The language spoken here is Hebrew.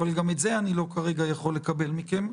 אבל גם את זה אני לא כרגע יכול לקבל מכם,